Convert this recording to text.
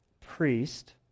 priest